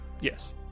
Yes